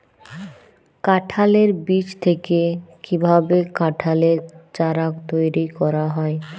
কাঁঠালের বীজ থেকে কীভাবে কাঁঠালের চারা তৈরি করা হয়?